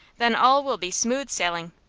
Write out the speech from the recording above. then all will be smooth sailing.